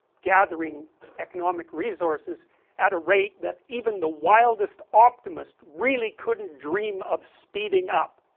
gathering economic resources at a rate that even the wildest optimist really couldn't dream of speeding up